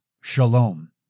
shalom